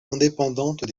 indépendantes